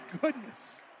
goodness